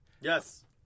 Yes